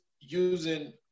using